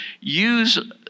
Use